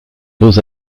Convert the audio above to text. beaux